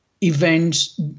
events